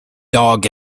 dog